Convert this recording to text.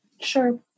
Sure